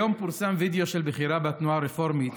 היום פורסם וידיאו של בכירה בתנועה הרפורמית,